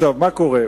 מה קורה?